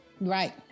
Right